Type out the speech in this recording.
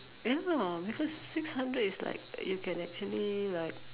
I don't know ah because six hundred is like you can actually like